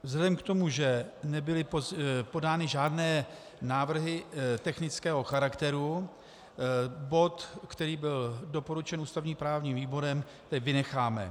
Vzhledem k tomu, že nebyly podány žádné návrhy technického charakteru, bod, který byl doporučen ústavněprávním výborem, vynecháme.